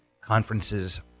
conferences